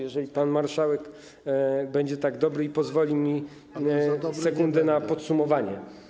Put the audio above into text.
Jeżeli pan marszałek będzie tak dobry i da mi sekundę na podsumowanie.